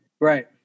right